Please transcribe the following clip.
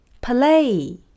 play